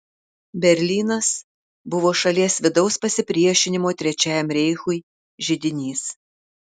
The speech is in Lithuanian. berlynas buvo šalies vidaus pasipriešinimo trečiajam reichui židinys